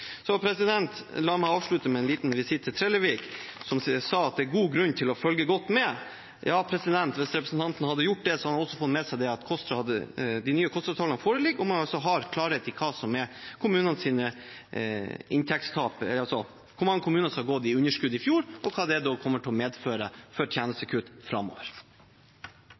La meg avslutte med en liten visitt til representanten Trellevik, som sa at det er god grunn til å følge godt med. Ja, hvis representanten hadde gjort det, hadde han fått med seg at de nye KOSTRA-tallene foreligger. Man har altså klarhet i hvor mange kommuner som gikk med underskudd i fjor, og hva det kommer til å medføre av tjenestekutt framover.